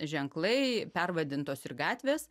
ženklai pervadintos ir gatvės